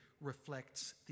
reflects